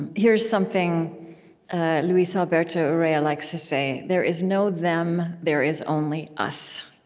and here's something luis alberto urrea likes to say there is no them. there is only us.